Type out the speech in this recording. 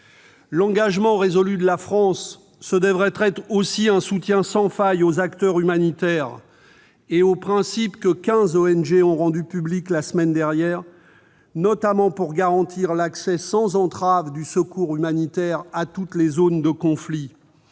L'« engagement résolu de la France », ce devrait être aussi un soutien sans faille aux acteurs humanitaires et aux principes que quinze ONG ont rendus publics la semaine dernière, notamment pour garantir l'accès sans entrave des secours humanitaires à toutes les zones du conflit.